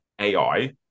AI